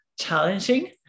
challenging